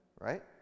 right